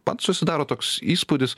man susidaro toks įspūdis